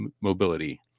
mobility